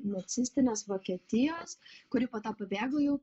nacistinės vokietijos kuri poto pabėgo jau